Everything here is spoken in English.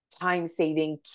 time-saving